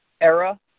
era